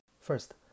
First